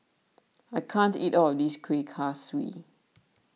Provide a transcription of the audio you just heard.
I can't eat all of this Kueh Kaswi